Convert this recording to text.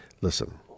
Listen